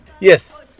Yes